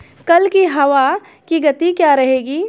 कल की हवा की गति क्या रहेगी?